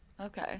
Okay